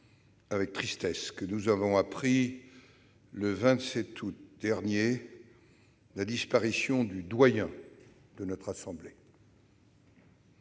de tristesse que nous avons appris, le 27 août dernier, la disparition du doyen de notre assemblée.